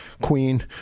queen